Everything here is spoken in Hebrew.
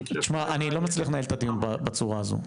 אני חושב ש --- אני לא מצליח לנהל את הדיון בצורה הזאת,